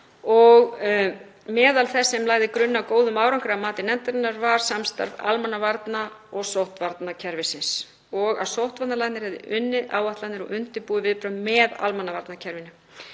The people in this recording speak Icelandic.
og meðal þess sem lagði grunn að góðum árangri að mati nefndarinnar var samstarf almannavarna og sóttvarnakerfisins og að sóttvarnalæknir hefði unnið áætlanir og undirbúið viðbrögð með almannavarnakerfinu.